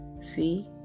See